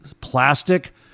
plastic